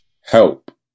help